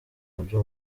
nabyo